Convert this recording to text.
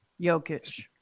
Jokic